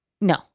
No